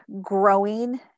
growing